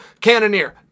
Cannoneer